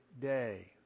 day